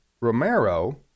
Romero